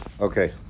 Okay